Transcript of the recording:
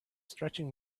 stretching